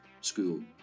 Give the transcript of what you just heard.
School